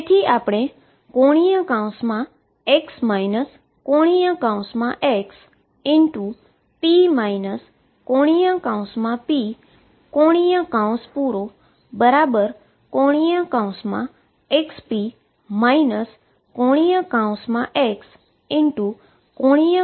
તેથી આપણે ⟨x ⟨x⟩p ⟨p⟩⟩⟨xp⟩ ⟨x⟩⟨p⟩ ની ગણતરી કરી છે